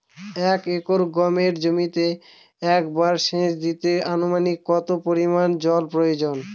এক একর গমের জমিতে একবার শেচ দিতে অনুমানিক কত পরিমান জল প্রয়োজন?